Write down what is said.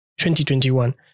2021